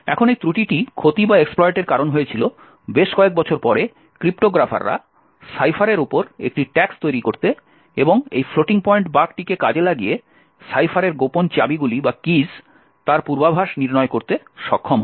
এখন এই ত্রুটিটি ক্ষতির কারণ হয়েছিল বেশ কয়েক বছর পরে ক্রিপ্টোগ্রাফাররা সাইফারের উপর একটি ট্যাক্স তৈরি করতে এবং এই ফ্লোটিং পয়েন্ট বাগটিকে কাজে লাগিয়ে সাইফারের গোপন চাবি গুলির পূর্বাভাস নির্ণয় করতে সক্ষম হয়